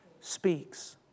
speaks